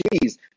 Please